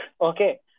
okay